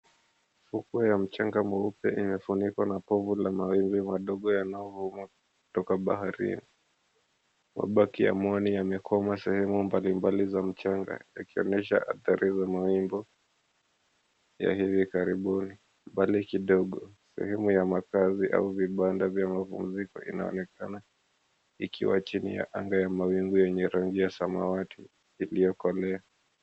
Fukwe ya mchanga mweupe imefunikwa na povu la mawimbi madogo yanayoonwa kutoka baharini. Mabaki ya mwani yamekwama sehemu mbalimbali za mchanga yakionyesha adhari za mawimbi ya hivi karibuni. Mbali kidogo, sehemu ya makazi au vibanda vya mapumziko inaonekana ikiwa chini ya anga ya mawingu yenye rangi ya samawati iliyokolea.